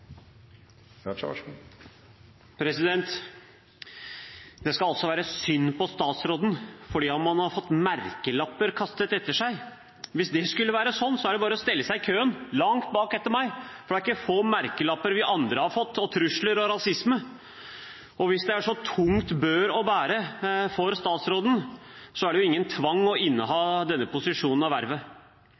Raja har hatt ordet to ganger tidligere og får ordet til en kort merknad, begrenset til 1 minutt. Det skal altså være synd på statsråden fordi man har fått merkelapper kastet etter seg. Hvis det skulle være sånn, er det bare å stille seg i køen, langt bak etter meg, for det er ikke få merkelapper vi andre har fått, trusler og rasisme. Og hvis det er så tung bør å bære for statsråden, er det ingen tvang å inneha denne posisjonen, dette vervet.